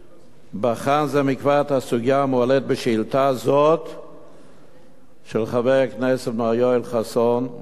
בחן זה מכבר את הסוגיה שהעלה חבר הכנסת יואל חסון וכבר